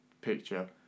picture